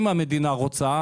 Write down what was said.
אם המדינה רוצה,